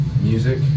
Music